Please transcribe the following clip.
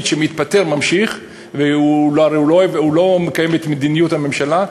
שמתפטר ממשיך והוא לא מקיים את מדיניות הממשלה.